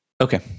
Okay